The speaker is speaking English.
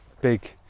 big